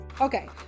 Okay